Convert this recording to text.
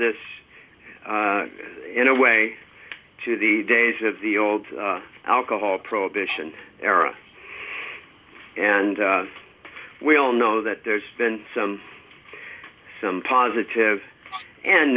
this in a way to the days of the old alcohol prohibition era and we all know that there's been some some positive and